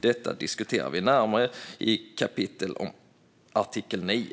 Detta diskuterar vi närmre i kapitlet om artikel 9."